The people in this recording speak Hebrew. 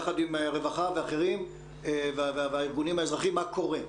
יחד עם רווחה ואחרים והארגונים האזרחיים מה קורה.